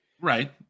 right